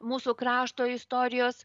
mūsų krašto istorijos